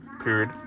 period